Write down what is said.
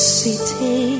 city